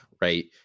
right